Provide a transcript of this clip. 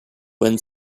when